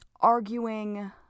Arguing